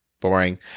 boring